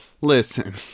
Listen